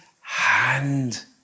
hand